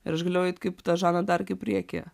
ir aš galėjau eit kaip ta žana dark į priekį